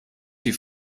die